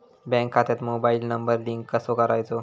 Bank खात्यात mobile number link कसो करायचो?